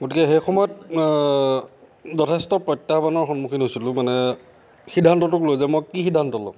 গতিকে সেই সময়ত যথেষ্ট প্ৰত্যাহ্বানৰ সন্মুখীন হৈছিলোঁ মানে সিদ্ধান্তটোক লৈ যে মই কি সিদ্ধান্ত ল'ম